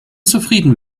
zufrieden